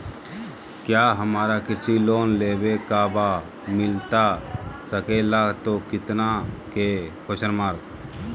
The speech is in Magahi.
क्या हमारा कृषि लोन लेवे का बा मिलता सके ला तो कितना के?